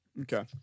Okay